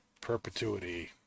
perpetuity